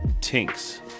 tinks